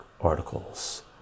articles